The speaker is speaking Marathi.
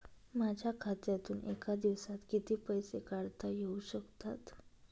माझ्या खात्यातून एका दिवसात किती पैसे काढता येऊ शकतात?